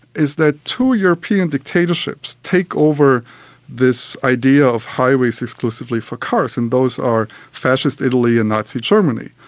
is that two european dictatorships take over this idea of highways exclusively for cars, and those are fascist italy and nazi germany,